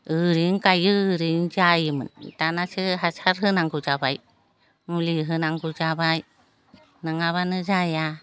ओरैनो गायो ओरैनो जायोमोन दानासो हासार होनांगौ जाबाय मुलि होनांगौ जाबाय नङाब्लानो जाया